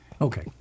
okay